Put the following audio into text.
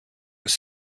was